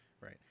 Right